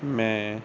ਮੈਂ